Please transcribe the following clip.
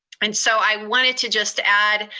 and so i wanted to just add,